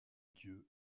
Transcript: dieu